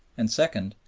and, second,